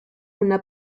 una